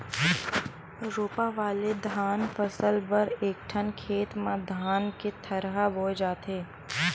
रोपा वाले धान फसल बर एकठन खेत म धान के थरहा बोए जाथे